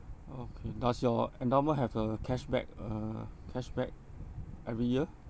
okay does your endowment have a cashback uh cashback every year